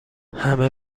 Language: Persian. همه